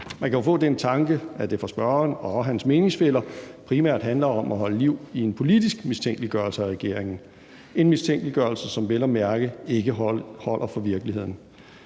Man kan jo få den tanke, at det for spørgeren og hans meningsfæller primært handler om at holde liv i en politisk mistænkeliggørelse af regeringen. En mistænkeliggørelse, som vel at mærke ikke holder over for virkeligheden.